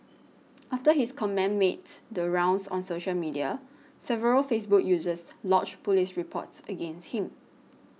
after his comment mades the rounds on social media several Facebook users lodged police reports against him